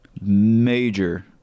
major